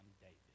David